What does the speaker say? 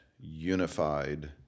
unified